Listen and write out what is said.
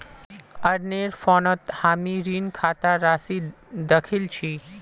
अरनेर फोनत हामी ऋण खातार राशि दखिल छि